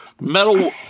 Metal